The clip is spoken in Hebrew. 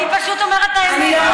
אני פשוט אומרת את האמת.